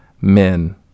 men